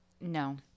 No